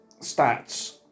stats